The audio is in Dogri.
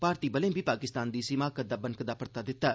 भारती बलें बी पाकिस्तान दी इस हिमाकत दा बनकदा परता दित्ता